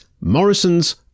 Morrison's